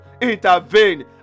intervene